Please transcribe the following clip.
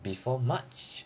is before march